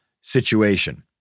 situation